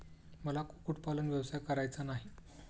मला कुक्कुटपालन व्यवसाय करायचा नाही